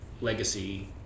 legacy